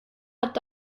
hat